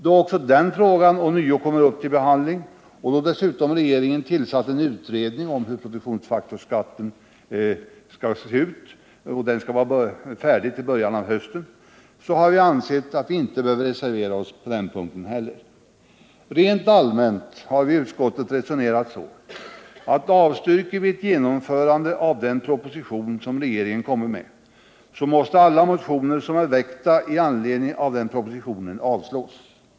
Då också den frågan ånyo kommer upp till behandling, och då dessutom regeringen tillsatt en utredning om produktionsfaktorsskatten som skall ha sitt förslag klart till början av hösten, har vi ansett att vi inte behöver reservera oss på den punkten heller. Rent allmänt har vi i utskottet resonerat så, att avstyrker vi ett genomförande av den proposition som regeringen kommit med, så måste också alla motioner som är väckta med anledning av den propositionen avstyrkas.